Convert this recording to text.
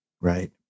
Right